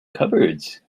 cupboards